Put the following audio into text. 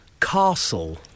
Castle